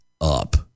up